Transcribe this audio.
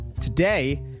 Today